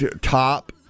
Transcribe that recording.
top